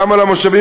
גם על המושבים,